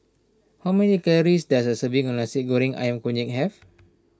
how many does a serving of Nasi Goreng Ayam Kunyit have